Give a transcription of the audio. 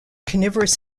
carnivorous